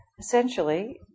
essentially